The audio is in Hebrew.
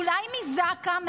אולי מזק"א,